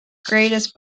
greatest